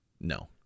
No